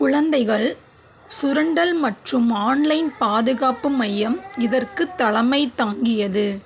குழந்தைகள் சுரண்டல் மற்றும் ஆன்லைன் பாதுகாப்பு மையம் இதற்கு தலைமை தாங்கியது